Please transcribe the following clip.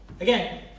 Again